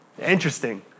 Interesting